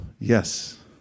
Yes